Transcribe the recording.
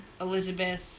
Elizabeth